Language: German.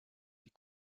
die